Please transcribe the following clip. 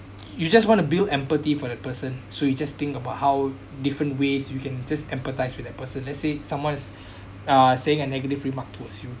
you just want to build empathy for that person so you just think about how different ways you can just empathise with that person let's say someone is uh saying a negative remark towards you